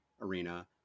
arena